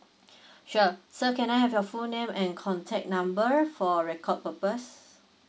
sure so can I have your full name and contact number for record purpose